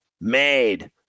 made